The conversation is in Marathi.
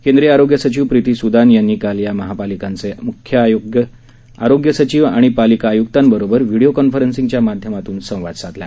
केंद्रीय आरोग्य सचिव प्रीती सूदान यांनी काल या महापालिकांचे म्ख्य आरोग्य सचिव आणि पालिका आय्क्तांबरोबर व्हिडीओ कॉन्फेरंसिंगच्या माध्यमातून संवाद साधला